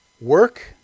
Work